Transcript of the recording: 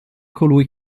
colui